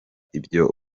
ibyo